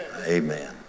amen